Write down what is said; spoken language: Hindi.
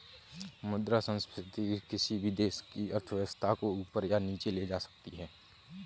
मुद्रा संस्फिति किसी भी देश की अर्थव्यवस्था को ऊपर या नीचे ले जा सकती है